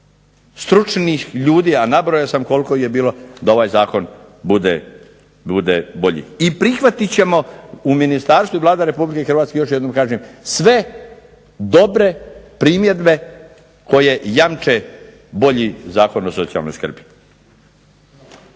stručnih ljudi, a nabrojao sam koliko ih je bilo, da ovaj zakon bude bolji. I prihvatit ćemo u ministarstvu i Vlada Republike Hrvatske još jednom kažem sve dobre primjedbe koje jamče bolji Zakon o socijalnoj skrbi.